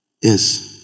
Yes